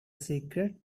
secret